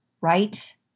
Right